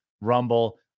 Rumble